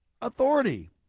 authority